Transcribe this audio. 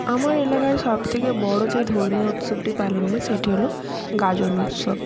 আমার এলাকায় সবথেকে বড় যে ধর্মীয় উৎসবটি পালন হয় সেইটি হলো গাজন উৎসব